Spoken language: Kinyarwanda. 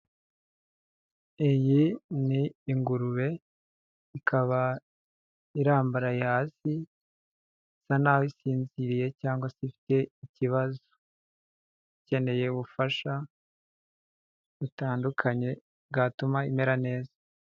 Iyi ni ingurube ikaba irambaraye hasi, isa naho isinziriye cyangwa se ifite ikibazo, ikeneye ubufasha butandukanye bwatuma imera neza.